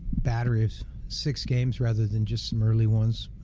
batter is six games rather than just some early ones,